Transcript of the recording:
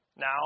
Now